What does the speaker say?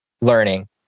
learning